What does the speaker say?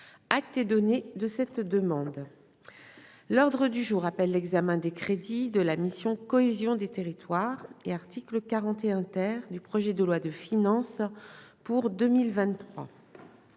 acte donner de cette demande, l'ordre du jour appelle l'examen des crédits de la mission cohésion des territoires et article 41, terre du projet de loi de finances pour 2023